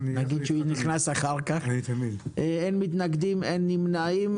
אין מתנגדים ואין נמנעים,